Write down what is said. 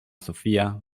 sofía